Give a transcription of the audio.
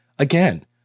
Again